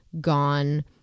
gone